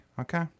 Okay